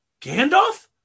Gandalf